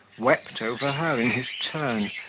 wept over her in his turn,